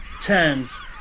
turns